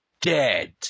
dead